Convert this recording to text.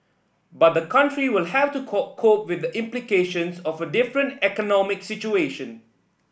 but the country will have to cope cope with the implications of a different economic situation